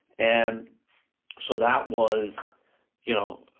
and so that was you know